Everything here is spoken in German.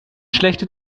schlechte